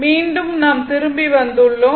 மீண்டும் நாம் திரும்பி வந்துள்ளோம்